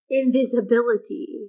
invisibility